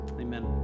Amen